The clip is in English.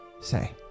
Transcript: Say